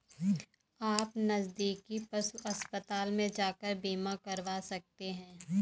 आप नज़दीकी पशु अस्पताल में जाकर बीमा करवा सकते है